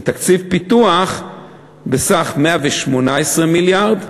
ותקציב הפיתוח הוא בסך 118 מיליארד,